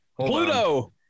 Pluto